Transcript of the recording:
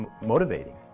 motivating